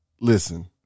listen